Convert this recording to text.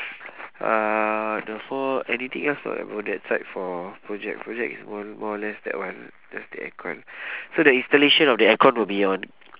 uh the for anything else or not for that site for project project is more more or less that one just the aircon so the installation of the aircon will be on